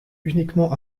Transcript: uniquement